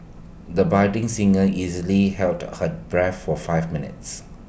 the budding singer easily held her breath for five minutes